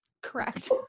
Correct